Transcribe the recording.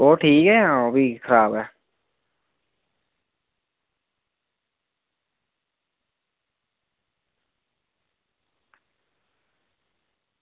ओह् ठीक ऐ जां ओह्बी खराब ऐ